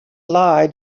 lied